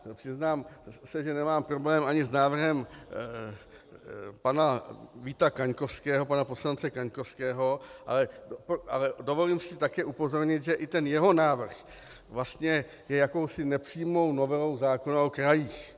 Přiznám se, že nemám problém ani s návrhem pana Víta Kaňkovského, pana poslance Kaňkovského, ale dovolím si také upozornit, že i ten jeho návrh je vlastně jakousi nepřímou novelou zákona o krajích.